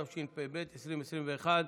התשפ"ב 2021,